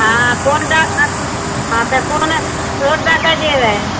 ओ कोन रास हँ तऽ कोन रोड दऽ कऽ जेबै